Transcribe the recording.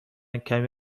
کمی